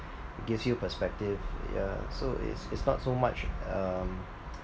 gives you perspective yeah so it's it's not so much um